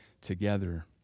together